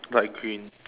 light green